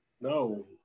No